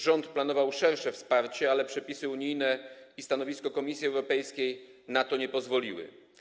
Rząd planował szersze wsparcie, ale przepisy unijne i stanowisko Komisji Europejskiej na to nie pozwoliły.